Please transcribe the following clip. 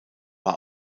war